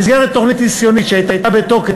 במסגרת תוכנית ניסיונית שהייתה בתוקף